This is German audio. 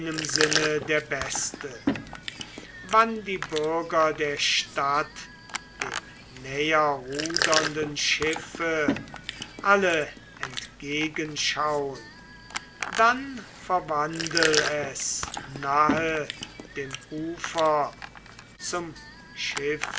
der beste wann die bürger der stadt dem näherrudernden schiffe alle entgegen schaun dann verwandel es nahe dem ufer zum